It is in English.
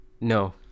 No